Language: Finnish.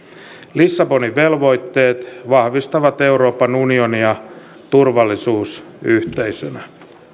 lissabonin velvoitteet vahvistavat euroopan unionia turvallisuusyhteisönä